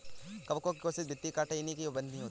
कवकों की कोशिका भित्ति काइटिन की बनी होती है